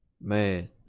Man